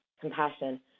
compassion